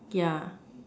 yeah